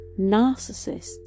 narcissists